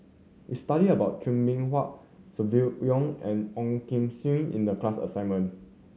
we studied about Chua Beng Huat Silvia Yong and Ong Kim Seng in the class assignment